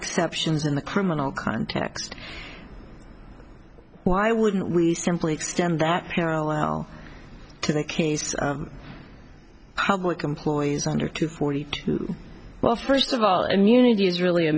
exceptions in the criminal context why wouldn't we simply extend that parallel to the case of public employees under two forty two well first of all immunity is really a